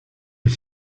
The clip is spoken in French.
est